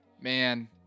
man